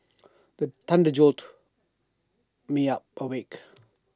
the thunder jolt me awake